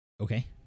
Okay